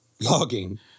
logging